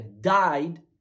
died